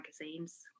magazines